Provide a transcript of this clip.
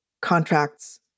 contracts